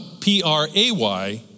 P-R-A-Y